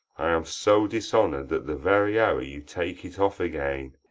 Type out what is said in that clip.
i am so dishonour'd that the very hour you take it off again?